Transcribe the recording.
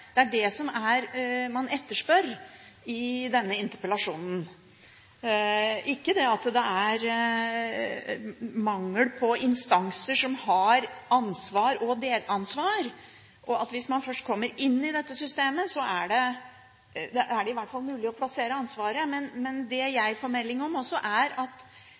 mangel på instanser som har ansvar og delansvar – for hvis man først kommer inn i dette systemet, er det i hvert fall mulig å plassere ansvaret – men det som jeg også får meldinger om, er at